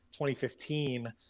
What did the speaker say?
2015